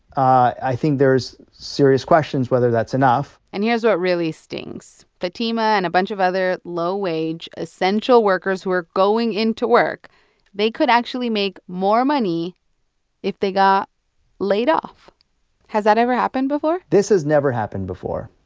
i think there's serious questions whether that's enough and here's what really stings. fatima and a bunch of other low-wage essential workers who are going into work they could actually make more money if they got laid off has that ever happened before? this has never happened before.